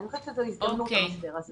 אני חושבת שהמשבר הזה